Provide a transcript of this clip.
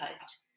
Post